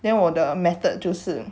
then 我的 method 就是